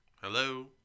Hello